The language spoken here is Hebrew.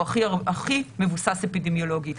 והוא הכי מבוסס אפידמיולוגית.